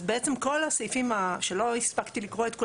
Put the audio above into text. אז בעצם כל הסעיפים שלא הספקתי לקרוא את כולם,